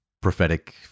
prophetic